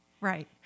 Right